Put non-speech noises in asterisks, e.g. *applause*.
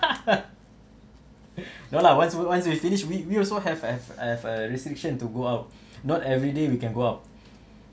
*laughs* no lah once once we finish we we also have have have a restriction to go out *breath* not everyday we can go out